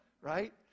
right